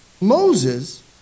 Moses